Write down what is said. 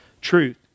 truth